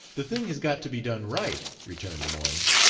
the thing has got to be done right, returned lemoyne.